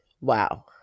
wow